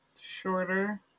shorter